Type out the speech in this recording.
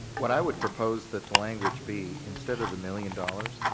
what i would propose that the language be instead of the million dollars,